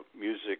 music